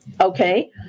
Okay